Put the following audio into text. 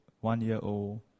one-year-old